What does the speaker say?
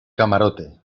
camarote